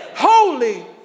Holy